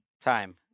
time